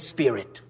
Spirit